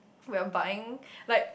we are buying like